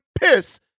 piss